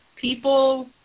People